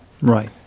Right